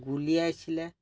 গুলিয়াইছিলে